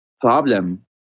problem